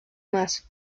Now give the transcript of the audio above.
más